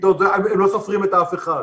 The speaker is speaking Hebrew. לא סופרים את אף אחד.